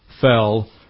fell